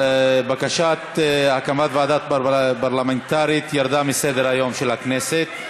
הבקשה להקמת ועדת חקירה פרלמנטרית ירדה מסדר-היום של הכנסת.